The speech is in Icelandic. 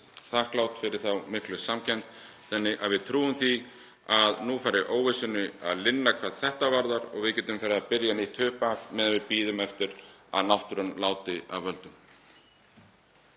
þakklát fyrir þá miklu samkennd. Við trúum því að nú fari óvissunni að linna hvað þetta varðar og að við getum farið að byrja nýtt upphaf meðan við bíðum eftir að náttúran láti af völdum.